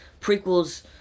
prequels